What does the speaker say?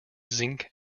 zinc